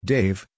Dave